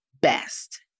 best